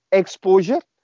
exposure